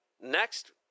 Next